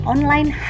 Online